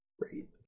great